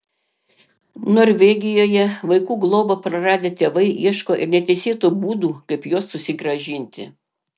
norvegijoje vaikų globą praradę tėvai ieško ir neteisėtų būdų kaip juos susigrąžinti